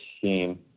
team